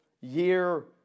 year